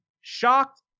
shocked